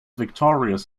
victorious